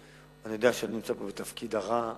אני יודע שאני נמצא פה בתפקיד הרע הלא-פופולרי.